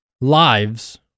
lives